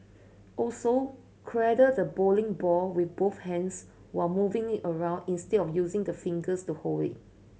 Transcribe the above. also cradle the bowling ball with both hands while moving it around instead of using the fingers to hold it